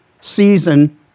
season